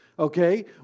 Okay